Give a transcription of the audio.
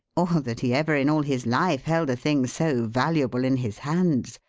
or that he ever in all his life held a thing so valuable in his hands.